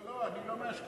לא לא, אני לא מהאשכנזים.